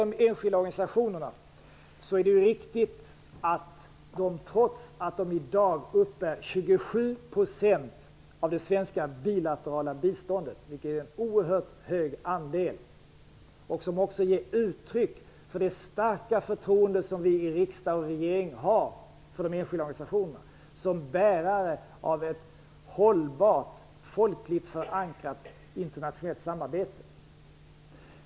De enskilda organisationerna uppbär i dag 27 % av det svenska bilaterala biståndet, vilket är en oerhört hög andel som också ger uttryck för det starka förtroende som vi i riksdag och regering har för de enskilda organisationerna som bärare av ett hållbart, folkligt förankrat internationellt samarbete.